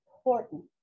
important